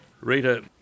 Rita